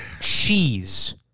cheese